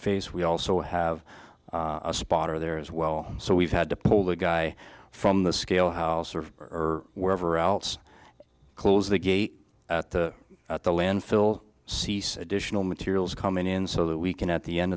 face we also have a spotter there as well so we've had to pull the guy from the scale how or wherever else close the gate at the landfill cece additional materials coming in so that we can at the end